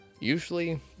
Usually